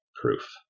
proof